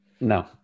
No